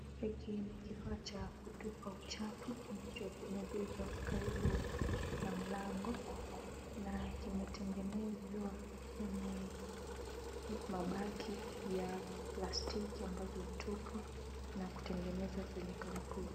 Hiki ninkifaa cha kutupa uchafu chenyekimeigizwa karibu na mlango. Na kimetengezwa na mabaki ya plastiki ambazo hutupwa na kutengenezwa kwenye kampuni.